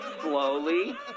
slowly